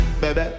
baby